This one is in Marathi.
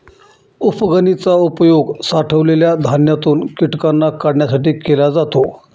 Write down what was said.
उफणनी चा उपयोग साठवलेल्या धान्यातून कीटकांना काढण्यासाठी केला जातो